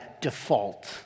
default